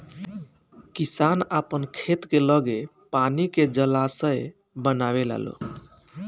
किसान आपन खेत के लगे पानी के जलाशय बनवे लालो